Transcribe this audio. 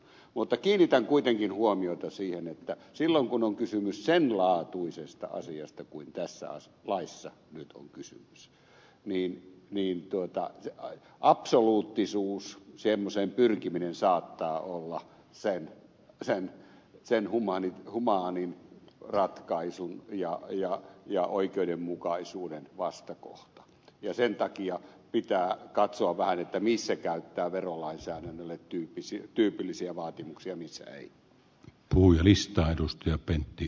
mutta kiinnitän kuitenkin huomiota siihen että silloin kun on kysymys sen laatuisesta asiasta kuin tässä laissa nyt on kysymys niin absoluuttisuuteen pyrkiminen saattaa olla sen humaanin ratkaisun ja oikeudenmukaisuuden vastakohta ja sen takia pitää katsoa vähän missä käyttää verolainsäädännölle tyypillisiä vaatimuksia missä ei